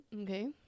Okay